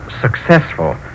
successful